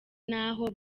n’aho